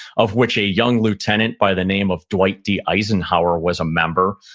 of which a young lieutenant by the name of dwight d. eisenhower was a member.